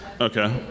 Okay